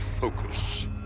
focus